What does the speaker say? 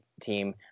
team